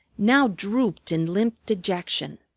now drooped in limp dejection.